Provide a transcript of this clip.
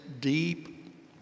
deep